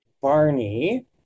Barney